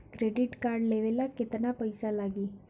Credit card लेवे ला केतना पइसा लागी?